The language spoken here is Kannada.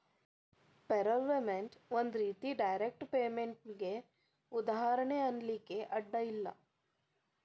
ಪೇರೊಲ್ಪೇಮೆನ್ಟ್ ಒಂದ್ ರೇತಿ ಡೈರೆಕ್ಟ್ ಪೇಮೆನ್ಟಿಗೆ ಉದಾಹರ್ಣಿ ಅನ್ಲಿಕ್ಕೆ ಅಡ್ಡ ಇಲ್ಲ